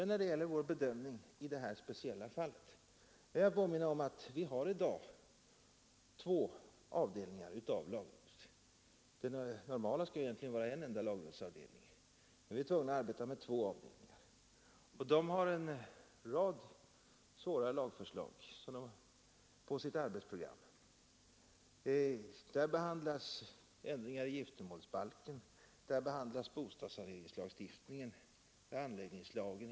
När det gäller vår bedömning i det här speciella fallet vill jag påminna om att vi i dag har två avdelningar av lagrådet. Det normala skall egentligen vara en enda lagrådsavdelning, men vi är tvungna att arbeta med två. De har en rad svåra lagförslag på sitt arbetsprogram. I den ena avdelningen behandlas ändringar i giftermålsbalken, bostadssaneringslagstiftningen och anläggningslagen.